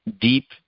deep